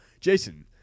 Jason